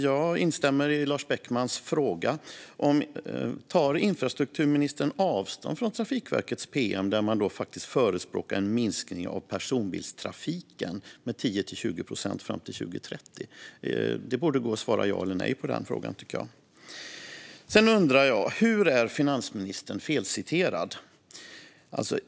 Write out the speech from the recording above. Jag instämmer i Lars Beckmans fråga: Tar infrastrukturministern avstånd från Trafikverkets pm, där man faktiskt förespråkar en minskning av personbilstrafiken med 10-20 procent fram till 2030? Det borde gå att svara ja eller nej på den frågan, tycker jag. Sedan undrar jag hur finansministern är felciterad.